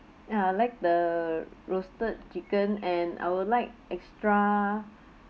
ya I'd like the roasted chicken and I would like extra